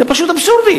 זה פשוט אבסורד.